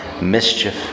mischief